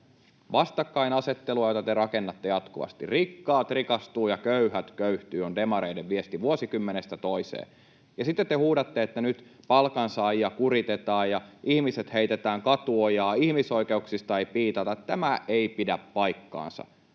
vastakkainasettelua, jota te rakennatte jatkuvasti. ”Rikkaat rikastuvat ja köyhät köyhtyvät” on demareiden viesti vuosikymmenestä toiseen, ja sitten te huudatte, että nyt palkansaajia kuritetaan ja ihmiset heitetään katuojaan, ihmisoikeuksista ei piitata. Tämä ei pidä paikkaansa.